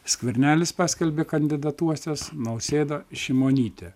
skvernelis paskelbė kandidatuosiąs nausėda šimonytė